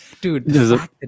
dude